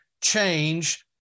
change